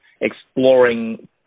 exploring